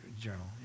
journal